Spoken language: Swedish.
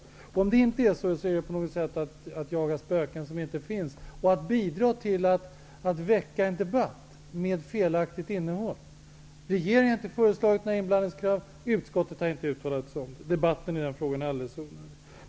Om det inte går att hitta några belägg tycker jag att det på något sätt handlar om att jaga spöken som inte finns och om att bidra till att en debatt väcks som har ett felaktigt innehåll. Regeringen har nämligen inte föreslagit några inblandningskrav, och utskottet har inte uttalat sig om några sådana krav. Debatten i den frågan är alltså alldeles onödig.